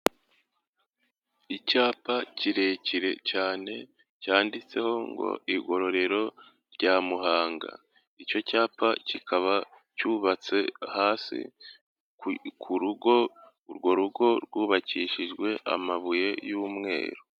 Icyapa kirekire cyane cyanditseho ngo igororero rya Muhanga. Icyo cyapa kikaba cyubatse hasi ku rugo, urwo rugo rwubakishijwe amabuye y'umweru.